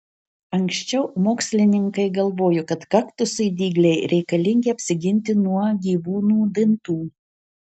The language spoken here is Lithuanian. anksčiau mokslininkai galvojo kad kaktusui dygliai reikalingi apsiginti nuo gyvūnų dantų